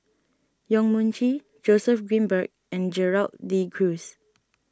Yong Mun Chee Joseph Grimberg and Gerald De Cruz